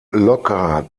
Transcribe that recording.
locker